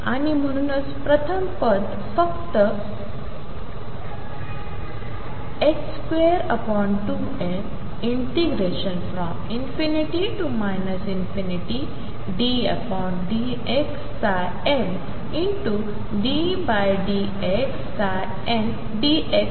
आणि म्हणूनच प्रथम पद फक्त 22m ∞dmdxdndxdx